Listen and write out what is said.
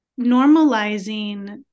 normalizing